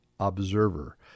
observer